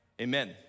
amen